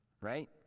Right